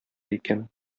икән